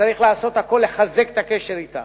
שצריך לעשות הכול לחזק את הקשר אתה,